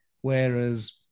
Whereas